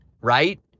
right